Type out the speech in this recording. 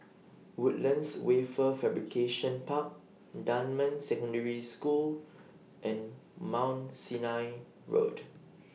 Woodlands Wafer Fabrication Park Dunman Secondary School and Mount Sinai Road